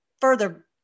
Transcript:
further